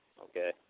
Okay